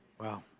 Wow